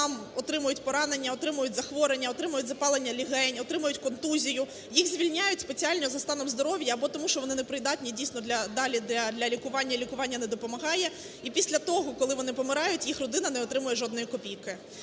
отримують поранення, отримують захворювання, отримують запалення легенів, отримують контузію, їх звільняють спеціально за станом здоров'я, тому що вони непридатні, дійсно, далі для лікування, лікування не допомагає. І після того, коли вони помирають, їх родина не отримує жодної копійки.